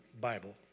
Bible